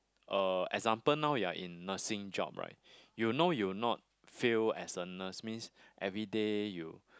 uh example now you're in nursing job right you know you not fail as a nurse means everyday you